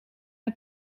het